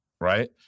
right